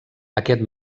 aquest